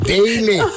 Daily